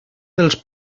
dels